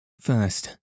First